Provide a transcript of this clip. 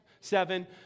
seven